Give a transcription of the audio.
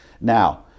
Now